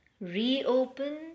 reopen